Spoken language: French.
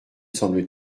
semble